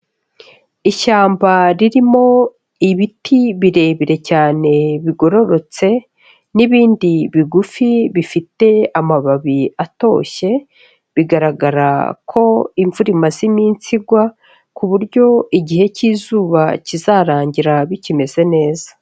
Ishyamba ririmo ibiti birebire cyane bigororotse n'ibindi bigufi bifite amababi atoshye, bigaragara ko imvura imaze iminsi igwa, ku buryo igihe cy'izuba kizarangira bikimeze neza.